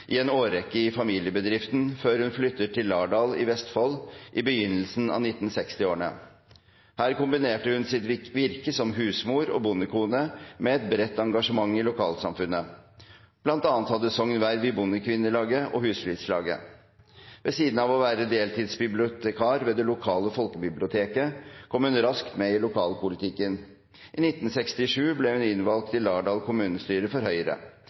i en årrekke i familiebedriften, før hun flyttet til Lardal i Vestfold i begynnelsen av 1960-årene. Her kombinerte hun sitt virke som husmor og bondekone med et bredt engasjement i lokalsamfunnet. Blant annet hadde Sogn verv i bondekvinnelaget og husflidslaget. Ved siden av å være deltidsbibliotekar ved det lokale folkebiblioteket kom hun raskt med i lokalpolitikken. I 1967 ble hun innvalgt i Lardal kommunestyre for Høyre.